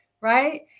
right